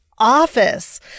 office